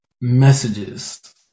messages